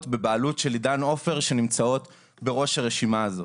בבעלות עידן עופר שנמצאות בסוף הרשימה הזאת.